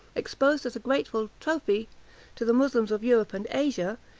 exposed as a grateful trophy to the moslems of europe and asia,